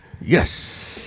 Yes